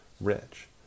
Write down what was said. rich